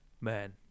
man